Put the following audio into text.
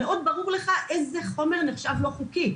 מאוד ברור לך איזה חומר נחשב לא חוקי.